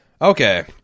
okay